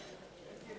עתניאל